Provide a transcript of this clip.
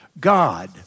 God